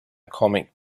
comic